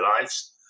lives